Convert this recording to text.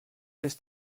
ist